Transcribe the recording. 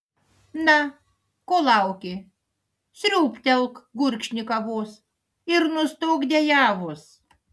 na ko lauki sriūbtelk gurkšnį kavos ir nustok dejavus